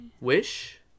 Wish